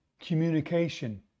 communication